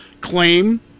claim